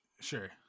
sure